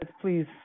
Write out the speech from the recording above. please